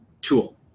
tool